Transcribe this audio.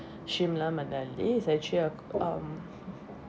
shimla manali it's actually a um